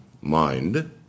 mind